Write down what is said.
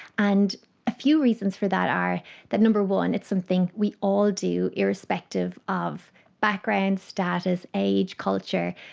and a few reasons for that are that, number one, it's something we all do, irrespective of background status, age, culture,